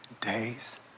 days